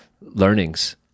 learnings